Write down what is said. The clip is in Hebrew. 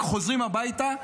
חוזרים הביתה,